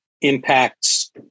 impacts